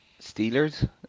Steelers